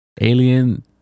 Alien